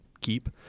keep